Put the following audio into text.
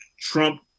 Trump